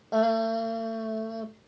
um